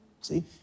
See